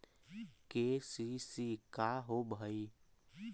KCC का होव हइ?